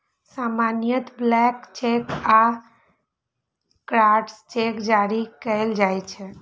सामान्यतः blank cheque आ crossed cheque जारी कैल जाइ छै